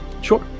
Sure